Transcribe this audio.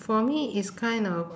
for me is kind of